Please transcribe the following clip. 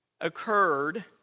occurred